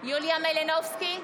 יוליה מלינובסקי,